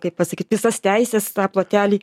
kaip pasakyt visas teises tą plotelį